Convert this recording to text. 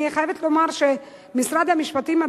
אני חייבת לומר שמשרד המשפטים,